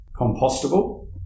compostable